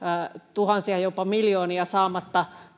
tuhansia jopa miljoonia saamatta